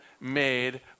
made